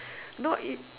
no it